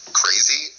crazy